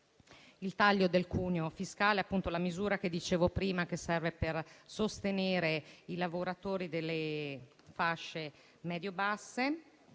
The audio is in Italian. il taglio del cuneo fiscale, cioè la misura che dicevo prima, che serve per sostenere i lavoratori delle fasce medio-basse.